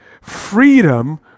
freedom